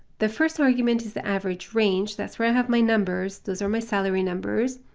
the first argument is the average range, that's where i have my numbers, those are my salary numbers,